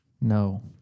No